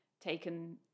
taken